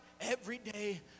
everyday